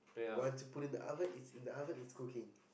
once put in the oven it's in the oven it's cooking